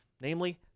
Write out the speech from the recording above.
namely